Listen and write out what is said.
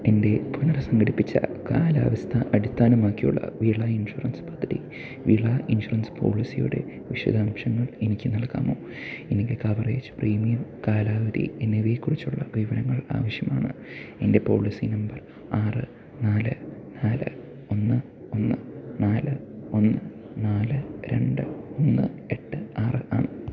എൻ്റെ പുനർ സംഘടിപ്പിച്ച കാലാവസ്ഥ അടിസ്ഥാനമാക്കിയുള്ള വിള ഇൻഷുറൻസ് പദ്ധതി വിള ഇൻഷുറൻസ് പോളിസിയുടെ വിശദാംശങ്ങൾ എനിക്ക് നൽകാമോ എനിക്ക് കവറേജ് പ്രീമിയം കാലാവധി എന്നിവയെ കുറിച്ചുള്ള വിവരങ്ങൾ ആവശ്യമാണ് എൻ്റെ പോളിസി നമ്പർ ആറ് നാല് നാല് ഒന്ന് ഒന്ന് നാല് ഒന്ന് നാല് രണ്ട് ഒന്ന് എട്ട് ആറ് ആറ്